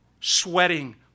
sweating